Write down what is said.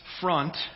front